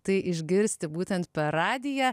tai išgirsti būtent per radiją